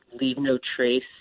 leave-no-trace